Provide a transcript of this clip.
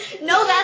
No